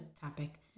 topic